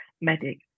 medics